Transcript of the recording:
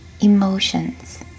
emotions